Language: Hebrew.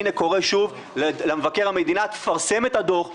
הינה קורא שוב למבקר המדינה: פרסם את הדוח.